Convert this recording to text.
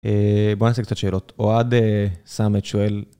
בוא נעשה קצת שאלות, אוהד, סאמת, שואל.